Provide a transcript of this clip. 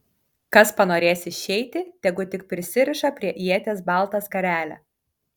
kas panorės išeiti tegu tik prisiriša prie ieties baltą skarelę